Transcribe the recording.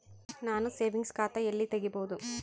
ನಾನು ಸೇವಿಂಗ್ಸ್ ಖಾತಾ ಎಲ್ಲಿ ತಗಿಬೋದು?